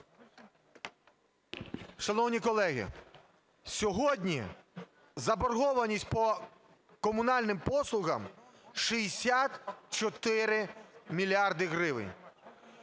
Шановні колеги! Сьогодні заборгованість по комунальним послугам – 64 мільярди гривень.